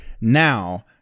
now